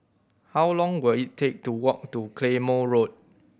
how long will it take to walk to Claymore Road